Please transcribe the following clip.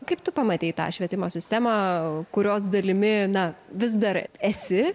kaip tu pamatei tą švietimo sistemą kurios dalimi na vis dar esi